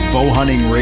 Bowhunting